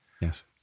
Yes